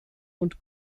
und